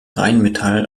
rheinmetall